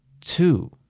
two